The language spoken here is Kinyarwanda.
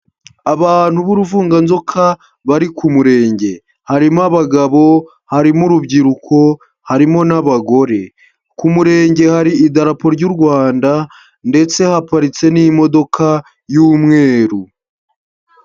Abantu b'uruvunganzoka bari ku murenge. Harimo abagabo, harimo urubyiruko, harimo n'abagore. Ku murenge hari idarapo ry'u Rwanda ndetse haparitse n'imodoka y'umweru.